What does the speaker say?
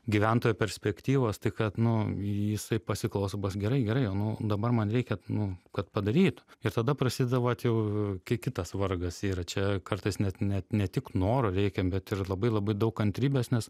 gyventojo perspektyvos tai kad nu jisai pasiklauso bus gerai gerai jau nu dabar man reikia nu kad padarytų ir tada prasideda vat jau kai kitas vargas yra čia kartais net net ne tik nororeikia bet ir labai labai daug kantrybės nes